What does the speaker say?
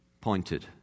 pointed